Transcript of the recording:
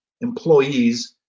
employees